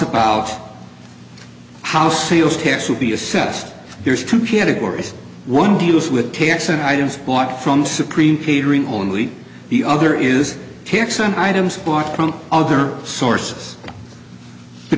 about how sales tax will be assessed there's two categories one deals with tax on items bought from supreme catering only the other is tax on items bought from other sources the